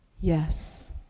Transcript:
Yes